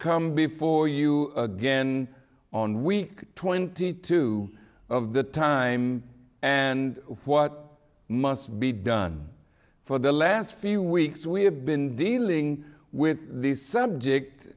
come before you again on week twenty two of the time and what must be done for the last few weeks we have been dealing with the subject